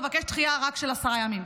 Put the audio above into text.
לבקש דחייה רק של עשרה ימים?